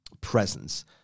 presence